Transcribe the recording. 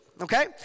okay